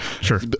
sure